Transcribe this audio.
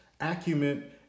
acumen